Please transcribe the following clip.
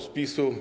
z PiS-u!